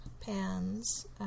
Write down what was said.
pans